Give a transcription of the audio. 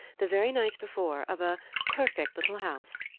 the very night before, of a perfect little house,